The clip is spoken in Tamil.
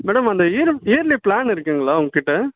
மேடம் அந்த இயரம் இயர்லி ப்ளான் இருக்குதுங்களா உங்ககிட்ட